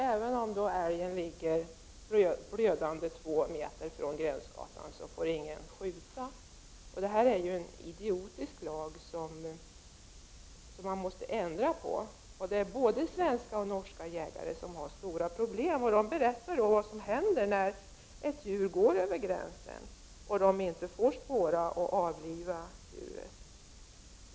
Även om t.ex. en älg ligger blödande två meter från gränsgatan får ingen från den motsatta sidan skjuta den. Det här är ju en idiotisk lag som måste ändras. Det är både svenska och norska jägare som har stora problem. De berättar vad som händer när ett djur går över gränsen och de inte får spåra och avliva djuret.